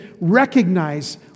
Recognize